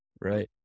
Right